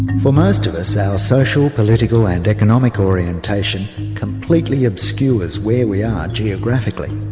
for most of us our social, political and economic orientation completely obscures where we are geographically.